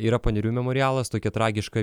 yra panerių memorialas tokia tragiška